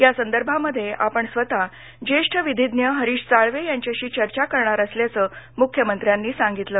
या संदर्भामध्ये आपण स्वतः ज्येष्ठ विधिज्ञ हरिश साळवे यांच्याशी चर्चा करणार असल्याचं मुख्यमंत्र्यांनी सांगितलं